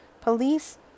Police